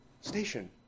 station